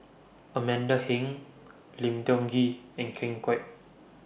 Amanda Heng Lim Tiong Ghee and Ken Kwek